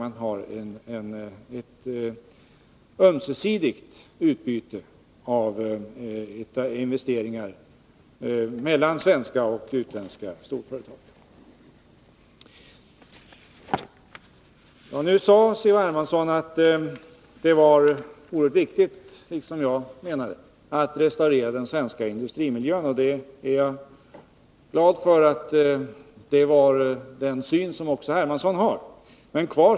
Man har ett ömsesidigt utbyte av investeringar mellan svenska och utländska storföretag. Nu sade C.-H. Hermansson att det var oerhört viktigt att restaurera den svenska industrimiljön. Det är också vad jag menade, och jag är glad för att herr Hermansson delar den synen.